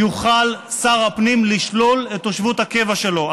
יוכל שר הפנים לשלול את תושבות הקבע שלו,